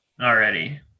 already